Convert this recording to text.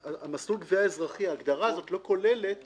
מסלול גבייה אזרחי, ההגדרה הזאת לא כוללת